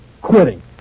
quitting